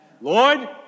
Lord